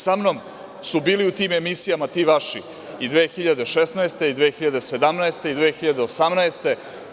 Sa mnom su bili u tim emisijama ti vaši i 2016, i 2017, i 2018. godine.